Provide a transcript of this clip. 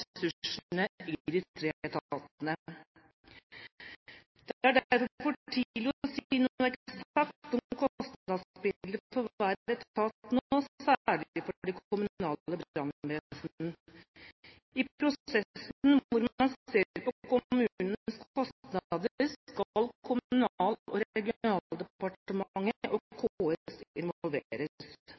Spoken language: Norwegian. ressursene i de tre etatene. Det er derfor for tidlig å si noe eksakt om kostnadsbildet for hver etat nå, særlig for de kommunale brannvesen. I prosessen hvor man ser på kommunenes kostnader, skal Kommunal- og regionaldepartementet og KS